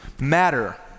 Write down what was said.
matter